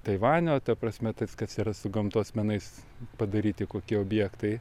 taivanio ta prasme tas kas yra su gamtos menais padaryti kokie objektai